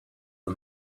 the